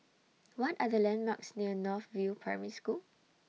What Are The landmarks near North View Primary School